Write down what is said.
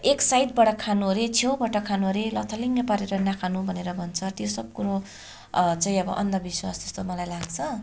एक साइडबाट खानु अरे छेउबाट खानु अरे लथालिङगै पारेर नखानु भनेर भन्छ त्यो सब कुरो चाहिँ अब अन्धविश्वास जस्तो मलाई लाग्छ